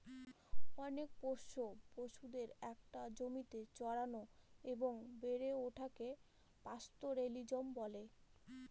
অনেক পোষ্য পশুদের একটা জমিতে চড়ানো এবং বেড়ে ওঠাকে পাস্তোরেলিজম বলে